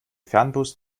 fernbus